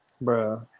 bro